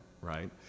right